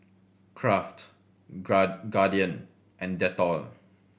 Kraft Guardian and Dettol